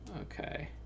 Okay